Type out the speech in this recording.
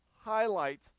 highlight